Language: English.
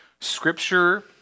Scripture